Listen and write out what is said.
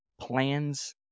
Plans